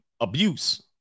abuse